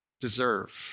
deserve